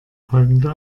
folgende